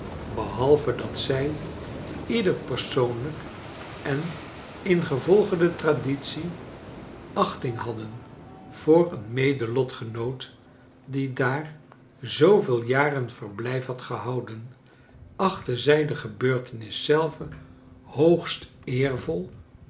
behalve dat zij ieder pers o onlij k en ingevolge de traditie achting hadden voor een mede lotgenoot die daar zooveel jaren verblijf had gehouden achtten zij de gebeurtenis zelve hoogst eervol